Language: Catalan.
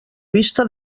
vista